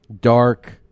dark